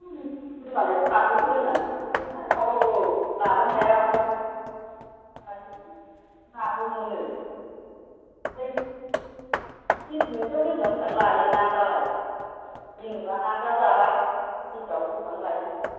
आयु होनबालाय काप नैसो लोंनानै फैनांगोनसिगोन आब' औ लाबोनो हायाबाबो आयु नाबो मोनो ओमफ्राय पिस मोनसेयाव बेसेबां बेसेबां लायो नाफोरालाय जेनेबा नाफोरा जाबा पिस आव बेसेबां लायो